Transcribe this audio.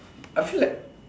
I feel like